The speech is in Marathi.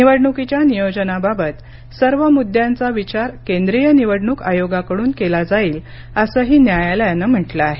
निवडणुकीच्या नियोजनाबाबत सर्व मुद्द्यांचा विचार केंद्रीय निवडणूक आयोगाकडून केला जाईल असंही न्यायालायानं म्हटलं आहे